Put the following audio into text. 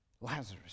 Lazarus